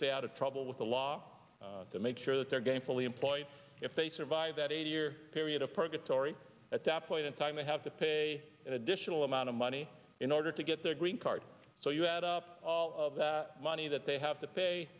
stay out of trouble with the law to make sure that they're gainfully employed if they survive that eight year period of purgatory at that point in time they have to pay an additional amount of money in order to get their green card so you add up all of that money that they have to pay